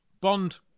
Bond